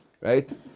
right